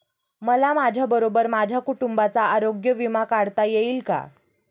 मला माझ्याबरोबर माझ्या कुटुंबाचा आरोग्य विमा काढता येईल का?